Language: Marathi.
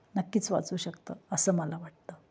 नक्कीच वाचू शकतं असं मला वाटतं